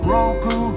Roku